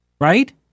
right